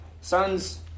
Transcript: sons